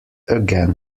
again